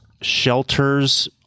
shelters